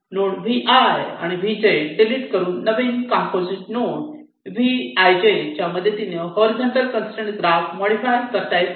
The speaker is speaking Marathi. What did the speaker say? नोड Vi आणि Vj डिलीट करून नवीन कंपोझिट नोड Vij च्या मदतीने हॉरीझॉन्टल कंसट्रेन ग्राफ मॉडीफाय करता येतो